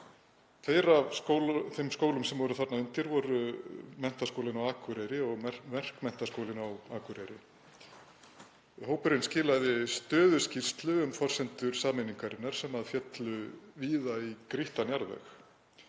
Tveir af þeim skólum sem voru þarna undir voru Menntaskólinn á Akureyri og Verkmenntaskólinn á Akureyri. Hópurinn skilaði stöðuskýrslu um forsendur sameiningarinnar sem féll víða í grýttan jarðveg.